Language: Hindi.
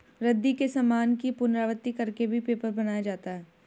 रद्दी के सामान की पुनरावृति कर के भी पेपर बनाया जाता है